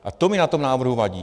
A to mi na tom návrhu vadí.